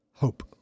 hope